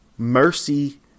Mercy